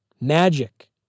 Magic